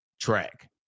track